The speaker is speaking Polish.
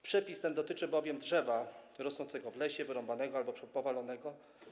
Przepis ten dotyczy bowiem drzewa rosnącego w lesie, wyrąbanego albo powalonego.